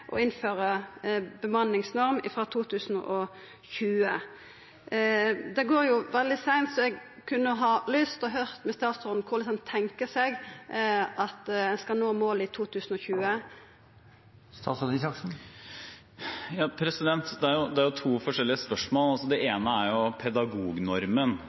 bemanningsnorm frå 2020. Det går veldig seint, så eg har lyst til å høyra med statsråden om korleis han tenkjer seg at ein skal nå målet i 2020. Dette er to forskjellige spørsmål. Det ene er pedagognormen, og der har jeg sagt at jeg mener det